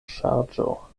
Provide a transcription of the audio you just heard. ŝarĝo